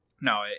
No